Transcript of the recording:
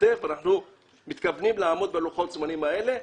ואנחנו מתכוונים לעמוד בלוחות-הזמנים האלה,